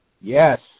Yes